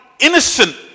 innocent